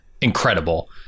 incredible